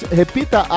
repita